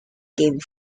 came